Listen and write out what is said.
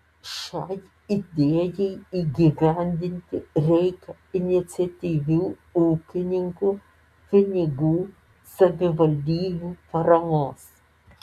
šiai idėjai įgyvendinti reikia iniciatyvių ūkininkų pinigų savivaldybių paramos